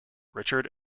richard